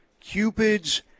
Cupid's